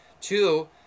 Two